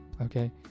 okay